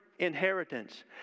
inheritance